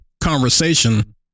conversation